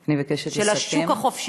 אני מבקשת לסכם.